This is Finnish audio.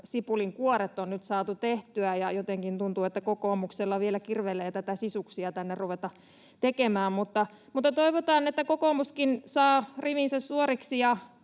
sipulin kuoret on nyt saatu tehtyä, ja jotenkin tuntuu, että kokoomuksella vielä kirvelee ruveta tekemään sisuksia. Mutta toivotaan, että kokoomuskin saa rivinsä suoriksi.